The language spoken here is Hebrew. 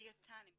דיאטנים,